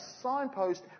signpost